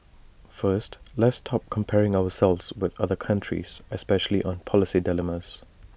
first let's stop comparing ourselves with other countries especially on policy dilemmas